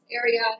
area